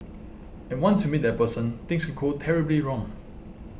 and once you meet that person things could go terribly wrong